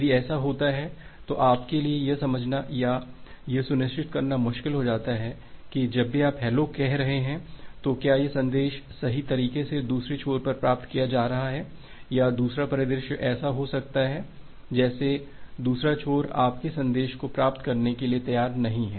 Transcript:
यदि ऐसा होता है तो आपके लिए यह समझना या यह सुनिश्चित करना मुश्किल हो जाता है कि जब भी आप हेलो कह रहे हों तो क्या वह संदेश सही तरीके से दूसरे छोर पर प्राप्त किया जा रहा है या दूसरा परिदृश्य ऐसा हो सकता है जैसे दूसरा छोर आपके संदेश को प्राप्त करने के लिए तैयार नहीं है